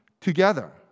together